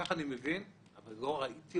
אדוני לא חושב